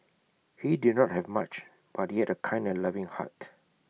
he did not have much but he had A kind and loving heart